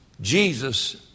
Jesus